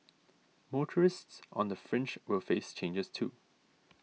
motorists on the fringe will face changes too